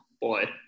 boy